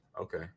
okay